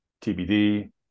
tbd